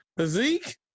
Zeke